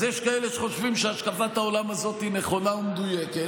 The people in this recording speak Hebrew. אז יש כאלה שחושבים שהשקפת העולם הזאת היא נכונה ומדויקת,